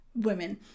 women